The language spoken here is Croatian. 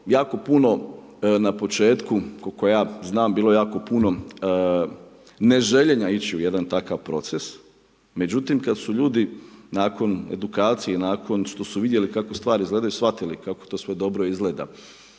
jako puno na početku, koliko ja znam, bilo je jako puno neželjenija ići u jedan takav proces. Međutim, kada su ljudi nakon edukacije i nakon što su vidjeli kako stvari izgledaju shvatili kako to sve dobro izgleda,